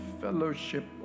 fellowship